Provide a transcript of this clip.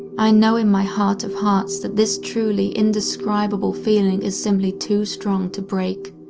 i know in my heart of hearts that this truly indescribable feeling is simply too strong to break,